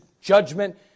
judgment